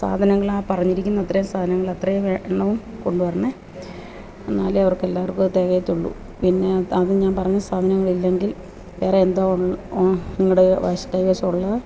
സാധനങ്ങള് ആ പറഞ്ഞിരിക്കുന്ന അത്രയും സാധനങ്ങള് അത്രയും എണ്ണവും കൊണ്ടുവരണേ എന്നാലേ അവർക്ക് എല്ലാവർക്കും അതു തികയത്തുള്ളൂ പിന്നെ അത് ഞാൻ പറഞ്ഞ സാധനങ്ങളില്ലെങ്കിൽ വേറെ എന്തോ നിങ്ങളുടെ കൈവശം ഉള്ളത്